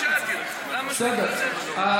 בסדר.